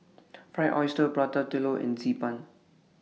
Fried Oyster Prata Telur and Xi Ban